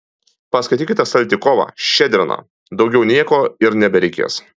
paskaitykite saltykovą ščedriną daugiau nieko ir nebereikės